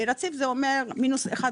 רציף זה אומר 1.36-,